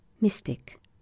mystic